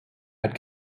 had